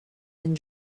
and